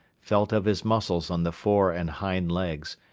felt of his muscles on the fore and hind legs,